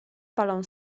balon